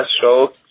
show